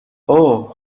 اوه